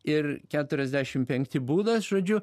ir keturiasdešim penkti būdas žodžiu